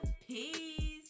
Peace